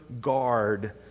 guard